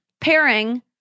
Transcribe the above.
pairing